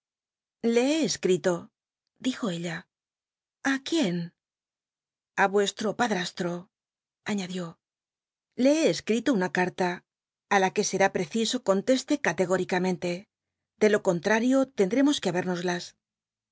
le he escri to dijo ella aquién a uestro padl'alro aiiadió le he cscrito una carta a la que sc á preciso conteste catcgóric mente de jo contrario tendremos que bnbérnoslns